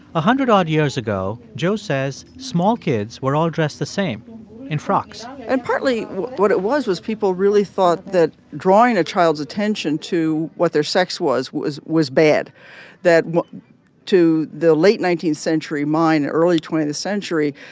a hundred-odd years ago, jo says small kids were all dressed the same in frocks and partly, what it was was people really thought that drawing a child's attention to what their sex was was was bad that to the late nineteenth century mind, early twentieth century,